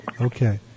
Okay